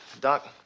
Doc